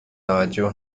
توجه